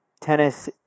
tennis